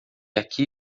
aqui